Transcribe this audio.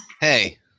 Hey